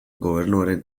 gobernuaren